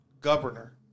governor